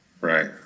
right